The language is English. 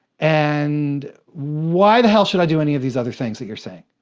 and why the hell should i do any of these other things that you're saying?